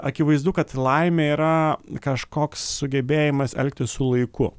akivaizdu kad laimė yra kažkoks sugebėjimas elgtis su laiku